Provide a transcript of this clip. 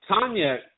Tanya